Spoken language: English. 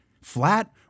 flat